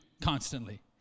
constantly